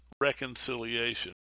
reconciliation